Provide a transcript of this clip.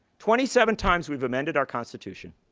twenty seven times we've amended our constitution.